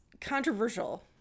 controversial